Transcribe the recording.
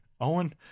Owen